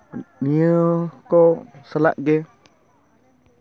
ᱱᱤᱭᱟᱹ ᱠᱚ ᱥᱟᱞᱟᱜ ᱜᱮ